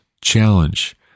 challenge